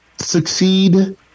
succeed